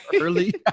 early